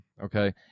okay